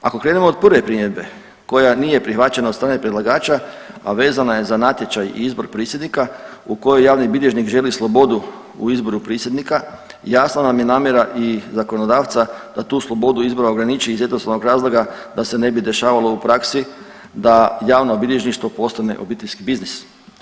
Ako krenemo od prve primjedbe koja nije prihvaćena od strane predlagača a vezana je za natječaj i izbor prisjednika u kojoj javni bilježnik želi slobodu u izboru prisjednika, jasna nam je namjera i zakonodavca da tu slobodu izbora ograniči iz jednostavnog razloga da se ne bi dešavalo u praksi da javno bilježništvo postane obiteljski biznis.